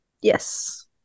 yes